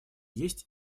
есть